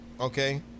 Okay